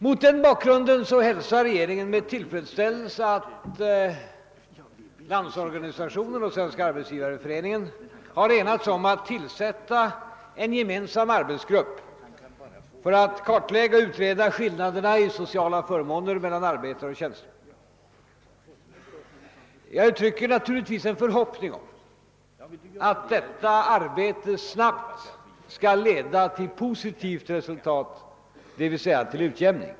Mot den bakgrunden hälsar regeringen med tillfredsställelse att Landsorganisationen och Svenska arbetsgivareföreningen har enats om att tillsätta en gemensam arbetsgrupp för att kartlägga och utreda skillnaderna i sociala förmåner mellan arbetare och tjänstemän. Jag uttrycker en förhoppning om att detta arbete snart skall leda till positivt resultat, d. v. s. till en utjämning.